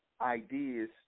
ideas